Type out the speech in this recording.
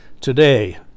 Today